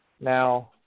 now